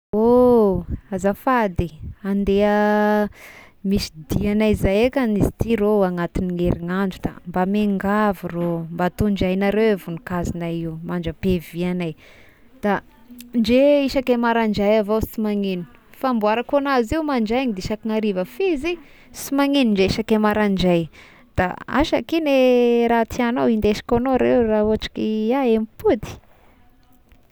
Ôh azafady eh, andeha misy dia agnay zay ka izy rôh anatign'ny herinandro da mba miangavy rô, mba tondraignareo io voninkazognay io mandram-pihaviagnay, da ndre isaky marandray avao sy magnina, famboarako anazy io mandrainy de isaky ny hariva f'izy sy magnino ndre isaky maraindray, da ansa ky igno raha tiagnao indesiko agnao re-raha ohatry ky hoe iaho raha mipody?